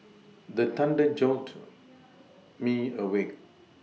the thunder jolt me awake